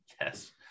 yes